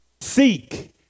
Seek